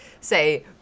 Say